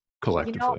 collectively